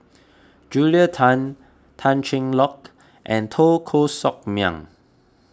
Julia Tan Tan Cheng Lock and Teo Koh Sock Miang